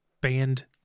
banned